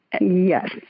Yes